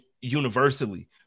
universally